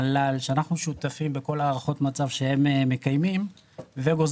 מל"ל שאנחנו שותפים בכל הערכות המצב שהם מקיימים וגוזרים